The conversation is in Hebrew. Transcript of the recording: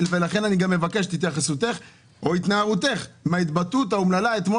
התייחסותך או התנערותך מההתבטאות האומללה אתמול